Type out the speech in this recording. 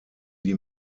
die